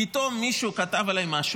פתאום מישהו כתב עליי משהו,